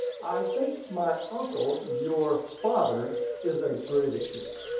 i think my uncle, your father, is a britisher.